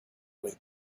with